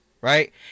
right